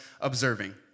observing